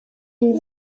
une